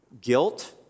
guilt